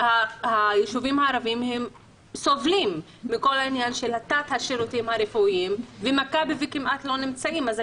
הישובים הערביים סובלים מתת שירותים רפואיים ומכבי כמעט לא נמצאת בהם.